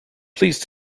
please